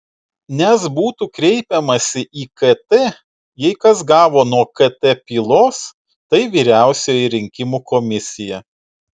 nes būtų kreipiamasi į kt jei kas gavo nuo kt pylos tai vyriausioji rinkimų komisija